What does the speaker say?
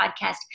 podcast